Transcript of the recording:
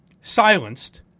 silenced